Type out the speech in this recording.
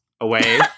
away